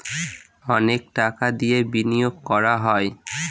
অনেক টাকা দিয়ে বিনিয়োগ করা হয়